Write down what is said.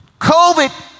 COVID